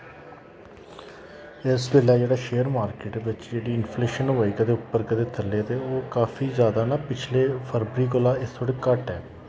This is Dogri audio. इस बेल्लै जेह्ड़ा शेयर मार्कट बिच्च जेह्ड़ी इंफलेशन होआ दी कदें उप्पर कदें थल्लै ओह् काफी जैदा ना पिछले फरवरी कोला इस बारी घट्ट ऐ